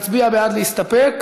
מצביע בעד להסתפק,